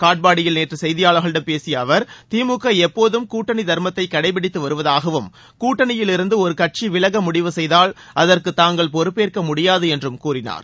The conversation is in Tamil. காட்பாடியில் நேற்று செய்தியாளர்களிடம் பேசிய அவர் திமுக எப்போதும் கூட்டணி தம்மத்தை கடைப்பிடித்து வருவதாகவும் கூட்டணியிலிருந்து ஒரு கட்சி விலக முடிவு செய்தால் அதற்கு தாங்கள் பொறுப்பேற்க முடியாது என்றும் கூறினார்